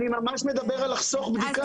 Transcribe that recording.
אני ממש מדבר על לחסוך בדיקה.